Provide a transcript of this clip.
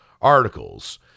articles